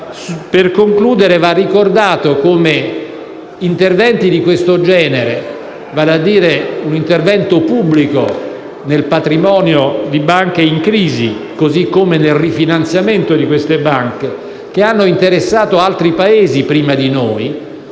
Per concludere, va ricordato come interventi di questo genere, vale a dire un intervento pubblico nel patrimonio di banche in crisi così come nel rifinanziamento di queste banche, che hanno interessato altri Paesi prima di noi